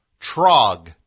Trog